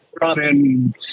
running